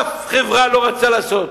אף חברה לא רצתה לעשות.